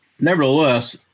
nevertheless